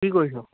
কি কৰিছ